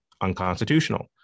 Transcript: unconstitutional